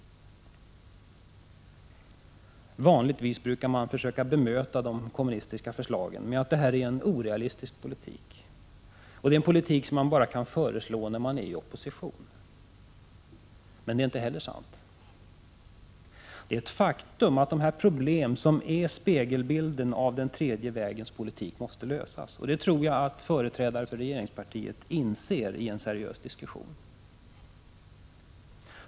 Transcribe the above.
Vanligtvis brukar man försöka bemöta de kommunistiska förslagen med att de innebär en orealistisk politik, en politik som man bara kan föreslå i opposition. Men det är inte heller sant. Det är ett faktum att de problem som är spegelbilden av den tredje vägens politik måste lösas. Detta tror jag att företrädare för regeringspartiet inser vid en seriös diskussion.